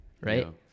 right